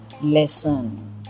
lesson